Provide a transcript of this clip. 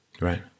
Right